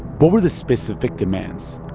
what were the specific demands?